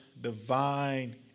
divine